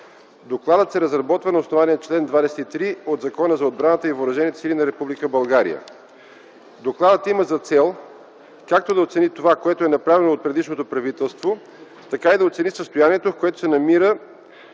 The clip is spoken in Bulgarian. Докладът се разработва на основание чл. 23 от Закона за отбраната и въоръжените сили на Република България. Докладът има за цел, както да оцени това, което е направено от предишното правителство, така и да оцени състоянието, в което се е намирала